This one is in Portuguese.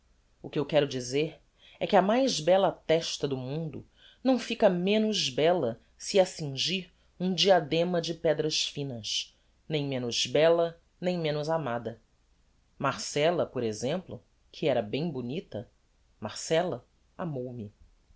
o que eu quero dizer é que a mais bella testa do mundo não fica menos bella se a cingir um diadema de pedras finas nem menos bella nem menos amada marcella por exemplo que era bem bonita marcella amou me